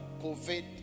covid